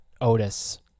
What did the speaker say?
Otis